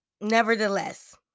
nevertheless